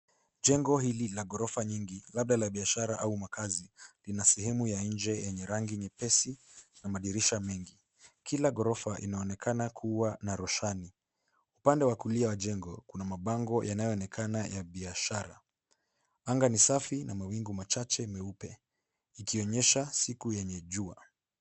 Jengo hili la ghorofa nyingi, labda la biashara au makazi. Lina sehemu ya nje yenye rangi nyepesi ,na madirisha mengi. Kila ghorofa inaonekana kuwa na rushwani. Upande wa kulia wa jengo kuna mabango yanayonekana ya biashara. Anga ni safi na mawingu machache meupe, ikionyesha siku yenye jua.